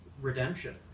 Redemption